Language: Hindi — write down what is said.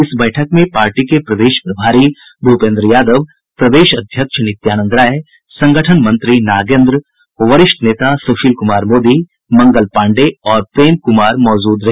इस बैठक में पार्टी के प्रदेश प्रभारी भूपेंद्र यादव प्रदेश अध्यक्ष नित्यानंद राय संगठन मंत्री नागेन्द्र वरिष्ठ नेता सुशील कुमार मोदी मंगल पाण्डेय और प्रेम कुमार मौजूद रहे